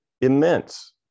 immense